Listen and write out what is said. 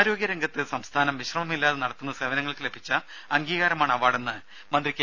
ആരോഗ്യ രംഗത്ത് സംസ്ഥാനം വിശ്രമമില്ലാതെ നടത്തുന്ന സേവനങ്ങൾക്ക് ലഭിച്ച അംഗീകാരമാണ് അവാർഡെന്ന് മന്ത്രി കെ